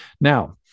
Now